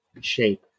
shape